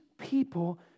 people